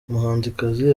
umuhanzikazi